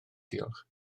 diolch